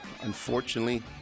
Unfortunately